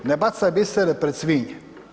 Ne bacaj bisere pred svinje.